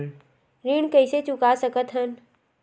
ऋण कइसे चुका सकत हन?